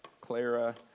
Clara